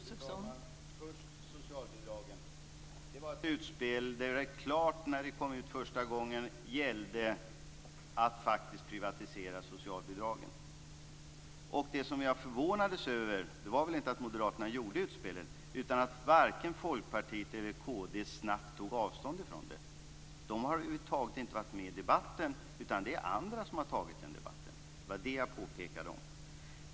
Fru talman! När utspelet om socialbidragen kom första gången gällde det helt klart att privatisera socialbidragen. Det som jag förvånades över var inte att moderaterna gjorde utspelet, utan att varken Folkpartiet eller kd snabbt tog avstånd från det. De har över huvud taget inte varit med i debatten. Det är andra som har tagit den debatten. Det var det jag påpekade.